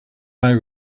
eye